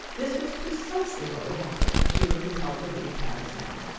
this was precisely what would happen if she were compelled to leave paris now.